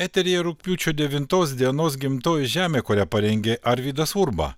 eteryje rugpjūčio devintos dienos gimtoji žemė kurią parengė arvydas urba